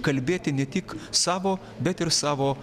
kalbėti ne tik savo bet ir savo